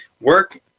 Work